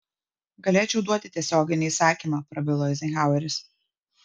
galėčiau duoti tiesioginį įsakymą prabilo eizenhaueris